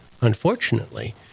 unfortunately